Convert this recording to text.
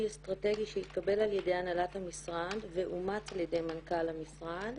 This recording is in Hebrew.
אסטרטגי שהתקבל על ידי הנהלת המשרד ואומץ על ידי מנכ"ל המשרד.